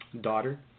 daughter